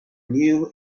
new